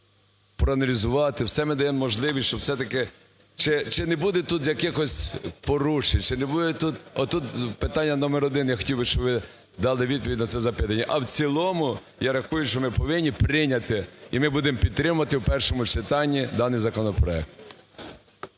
проаналізувати, все ми даємо можливість, щоб все-таки… Чи не буде тут якихось порушень, чи не буде тут – отут питання номер один, я хотів би, щоб ви дали відповідь на це запитання. А в цілому, я рахую, що ми повинні прийняти, і ми будемо підтримувати в першому читанні даний законопроект.